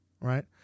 right